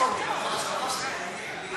זיכוי ליחיד שסיים לימודי מקצוע),